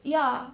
ya